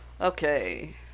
Okay